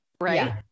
right